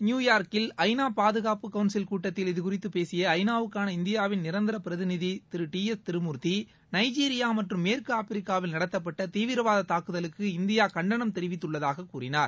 நியுயார்க்கில் ஐநா பாதுகாப்பு கவுன்சில் கூட்டத்தில் இது குறித்து பேசிய ஐநாவுக்கான இந்தியாவின் நிரந்தர பிரதிநிதி Thiru T S Tirumurti Nigeria மற்றும் மேற்கு ஆப்பிரிக்காவில் நடத்தப்பட்ட தீவிரவாத தாக்குதலுக்கு இந்தியா கண்டனம் தெரிவித்துள்ளதாக கூறினார்